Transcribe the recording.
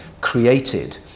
created